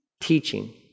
teaching